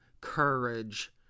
courage